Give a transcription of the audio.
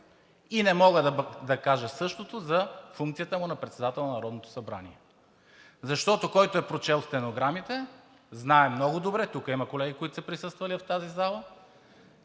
и не мога да кажа същото за функцията му на председател на Народното събрание. Защото, който е прочел стенограмите, знае много добре – тук има колеги, които са присъствали в тази зала,